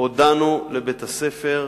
הודענו לבית-הספר,